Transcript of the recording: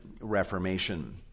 Reformation